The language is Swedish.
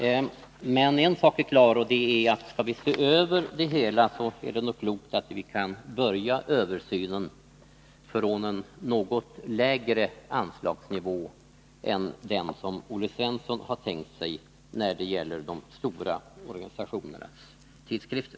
Men en sak är klar, och det är att om vi skall se över det hela är det nog klokt att vi kan börja översynen från en något lägre anslagsnivå än den som Olle Svensson har tänkt sig när det gäller de stora organisationernas tidskrifter.